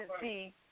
see